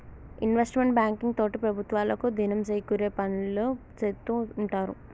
investment banking తోటి ప్రభుత్వాలకు దినం సేకూరే పనులు సేత్తూ ఉంటారు